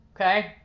Okay